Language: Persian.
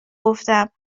گفتم